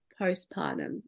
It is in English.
postpartum